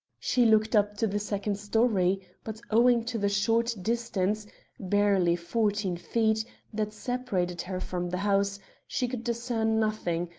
she looked up to the second storey, but, owing to the short distance barely fourteen feet that separated her from the house she could discern nothing,